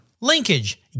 Linkage